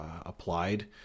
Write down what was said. applied